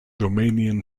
romanian